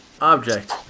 object